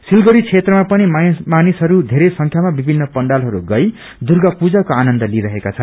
सिलगड़ी बेत्रमा पनि मानिसहरू बेरै संख्यामा विभिन्न पण्डालहरू गई दुर्गा पूजाको आनन्द लिईरहेका छन्